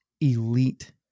elite